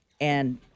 and-